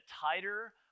tighter